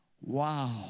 Wow